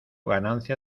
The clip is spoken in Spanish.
ganancia